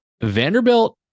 Vanderbilt